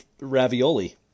ravioli